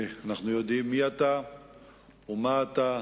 אנחנו יודעים מי אתה ומה אתה,